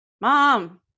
mom